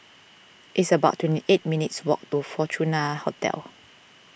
it's about twenty eight minutes' walk to Fortuna Hotel